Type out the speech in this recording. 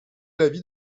l’avis